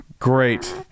great